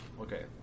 Okay